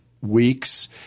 weeks